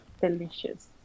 Delicious